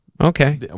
Okay